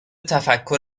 تفکر